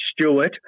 Stewart